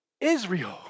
Israel